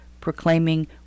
proclaiming